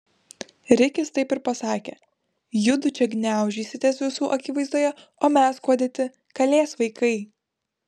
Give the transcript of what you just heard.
rikis taip ir pasakė judu čia gniaužysitės visų akivaizdoje o mes kuo dėti kalės vaikai